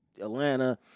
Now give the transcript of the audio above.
Atlanta